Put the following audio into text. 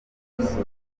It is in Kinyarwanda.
urwibutso